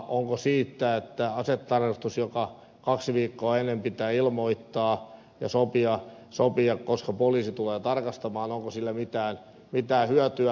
onko siitä että asetarkastus joka kaksi viikkoa ennen pitää ilmoittaa ja sopia koska poliisi tulee tarkastamaan onko siitä mitään hyötyä